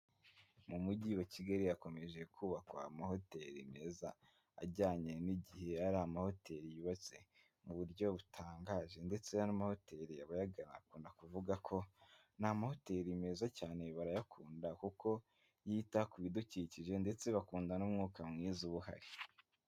Mu mujyi wa Kigali hakomeje kubakwa amahoteri meza ajyanye n'igihe, ari amahoteli yubatse mu buryo butangaje ndetse ni amahoteri abayagana bakunda kuvuga ko ni amahoteri meza cyane barayakunda kuko yita ku bidukikije ndetse bakunda n'umwuka mwiza uba uhari.